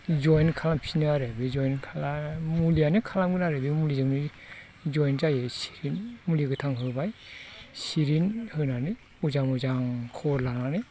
जइन खालामफिनो आरो बे जइन खालाम मुलियानो खालामगोन आरो बे मुलिजोंनो जइन जायो हिस्रिजों मुलि गोथांखौ होबाय सिरिन होनानै अजा मोजां खबर लानानै